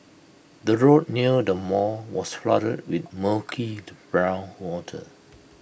the road near the mall was flooded with murky brown water